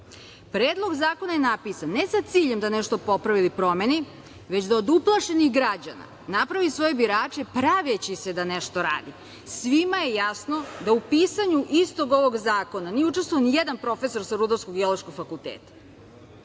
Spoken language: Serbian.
zakona je napisan, ne sa ciljem da nešto popravi ili promeni, već da od uplašenih građana napravi svoje birače, praveći se da nešto radi. Svima je jasno da u pisanju ovog istog zakona nije učestvovao nijedan profesor sa Rudarsko-geološkog fakulteta.